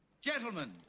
Gentlemen